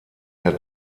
der